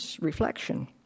reflection